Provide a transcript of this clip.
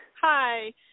Hi